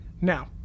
Now